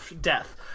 Death